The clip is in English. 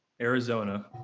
Arizona